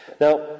Now